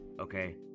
Okay